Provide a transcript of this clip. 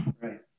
Right